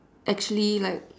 actually like